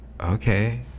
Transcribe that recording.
okay